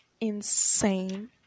insane